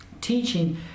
teaching